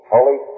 Holy